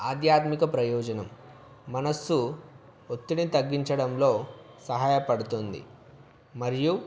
ఆధ్యాత్మిక ప్రయోజనం మనసు ఒత్తిడిని తగ్గించడంలో సహాయపడుతుంది మరియు